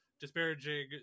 disparaging